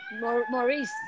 Maurice